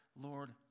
Lord